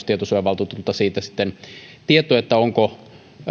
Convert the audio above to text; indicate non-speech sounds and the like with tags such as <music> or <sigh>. <unintelligible> tietosuojavaltuutetulta siitä sitten tieto onko